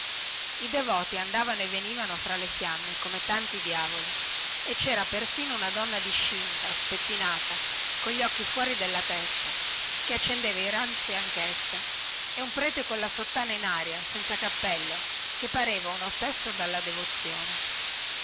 i devoti andavano e venivano fra le fiamme come tanti diavoli e cera persino una donna discinta spettinata cogli occhi fuori della testa che accendeva i razzi anchessa e un prete colla sottana nera senza cappello che pareva un ossesso dalla devozione